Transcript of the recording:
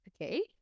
okay